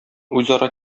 үзара